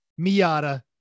miata